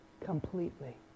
completely